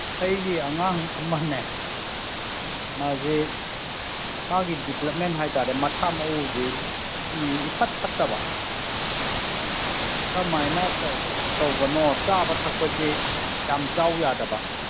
ꯑꯩꯒꯤ ꯑꯉꯥꯡ ꯑꯃꯅꯦ ꯃꯥꯁꯤ ꯃꯥꯒꯤ ꯗꯤꯕ꯭ꯂꯞꯃꯦꯟ ꯍꯥꯏ ꯇꯥꯔꯦ ꯃꯁꯥ ꯃꯎꯁꯤ ꯏꯐꯠ ꯐꯠꯇꯕ ꯀꯃꯥꯏꯅ ꯇꯧꯕꯅꯣ ꯆꯥꯕ ꯊꯛꯄꯁꯦ ꯌꯥꯝ ꯆꯥꯎ ꯌꯥꯗꯕ